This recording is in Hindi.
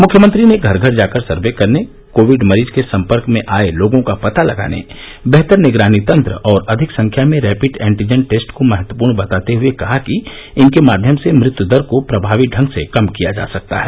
मुख्यमंत्री ने घर घर जाकर सर्वे करने कोविड मरीज के संपर्क में आए लोगों का पता लगाने बेहतर निगरानी तंत्र और अधिक संख्या में रैपिड एन्टीजन टेस्ट को महत्वपूर्ण बताते हुए कहा कि इनके माध्यम से मृत्यु दर को प्रभावी ढंग से कम किया जा सकता है